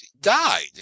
died